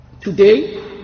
today